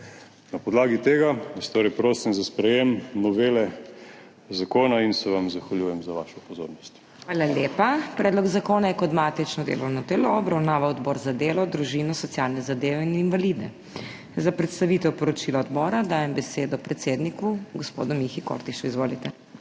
Na podlagi tega vas torej prosim za sprejetje novele zakona in se vam zahvaljujem za vašo pozornost. PODPREDSEDNICA MAG. MEIRA HOT: Hvala lepa. Predlog zakona je kot matično delovno telo obravnaval Odbor za delo, družino, socialne zadeve in invalide. Za predstavitev poročila odbora dajem besedo predsedniku gospodu Mihi Kordišu. Izvolite.